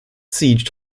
siege